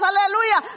Aleluya